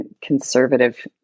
conservative